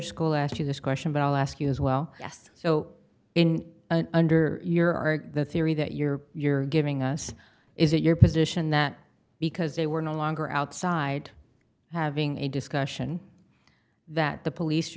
school asked you this question but i'll ask you as well yes so in under your are the theory that you're you're giving us is it your position that because they were no longer outside having a discussion that the police